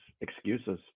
excuses